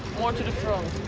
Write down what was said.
more to the front.